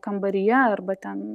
kambaryje arba ten